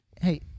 Hey